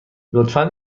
لطفا